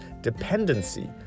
dependency